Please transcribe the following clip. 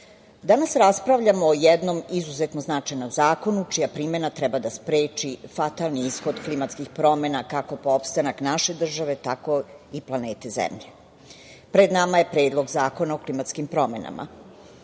danas raspravljamo o jednom izuzetno značajnom zakonu čija primena treba da spreči fatalni ishod klimatskih promena kako po opstanak naše države, tako i planete Zemlje. Pred nama je Predlog zakona o klimatskim promenama.